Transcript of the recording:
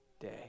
day